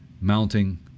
mounting